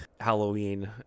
Halloween